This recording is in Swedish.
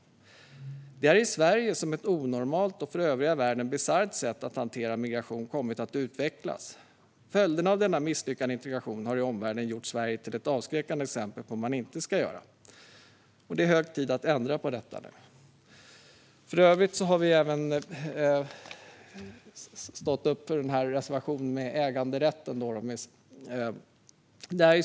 Det är i Sverige som ett onormalt och för övriga världen bisarrt sätt att hantera migration har kommit att utvecklas. Följderna av denna misslyckade integration har i omvärlden gjort Sverige till ett avskräckande exempel på hur man inte ska göra. Det är hög tid att ändra på detta nu. För övrigt har vi även stått upp för reservationen om äganderätten.